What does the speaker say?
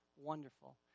wonderful